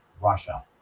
Russia